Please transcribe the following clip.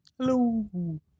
Hello